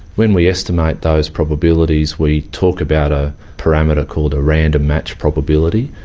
when we estimate those probabilities we talk about a parameter called a random match probability,